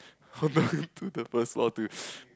on the way to the first floor dude